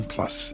Plus